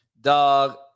Dog